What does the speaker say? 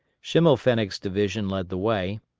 schimmelpfennig's division led the way,